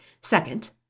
Second